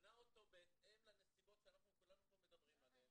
ומשנה אותו בהתאם לנסיבות שאנחנו כולנו פה מדברים עליהן.